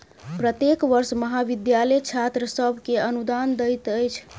प्रत्येक वर्ष महाविद्यालय छात्र सभ के अनुदान दैत अछि